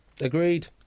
Agreed